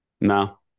No